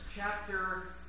chapter